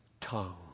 tongue